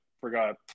forgot